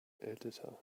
editor